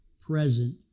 present